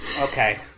okay